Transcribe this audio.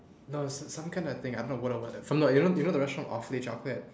no it's some kind of thing I'm not you know the restaurant awfully chocolate